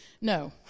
no